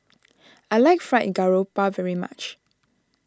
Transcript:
I like Fried Garoupa very much